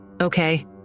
Okay